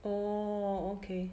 oh okay